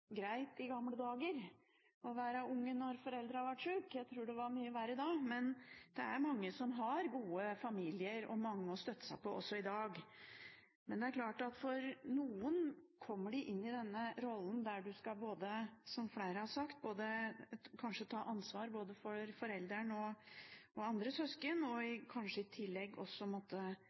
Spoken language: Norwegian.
greit å være unge da foreldrene var syke i gamle dager. Jeg tror det var mye verre da. Det er mange som har gode familier og mange å støtte seg på også i dag. Det er klart at noen kommer inn i rollen der man skal ta ansvar – som flere har sagt – for både forelderen og andre søsken, og kanskje i tillegg måtte